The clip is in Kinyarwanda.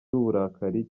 uburakari